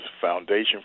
foundation